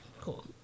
Cool